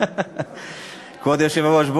כבוד היושב-ראש,